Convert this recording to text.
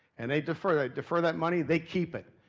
and they defer, they defer that money, they keep it.